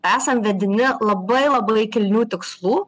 esam vedini labai labai kilnių tikslų